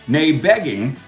nay begging,